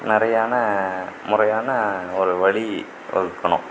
நிறையான முறையான ஒரு வழி வகுக்கணும்